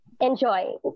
enjoy